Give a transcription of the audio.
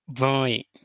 Right